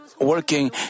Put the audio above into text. working